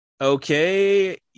okay